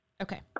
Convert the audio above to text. Okay